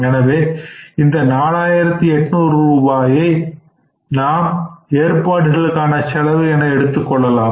எனவே இந்த 4800 ரூபாய் ஐ நாம் ஏற்பாடு களுக்கான செலவு என எடுத்துக்கொள்ளலாம்